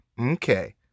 Okay